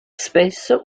spesso